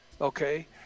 Okay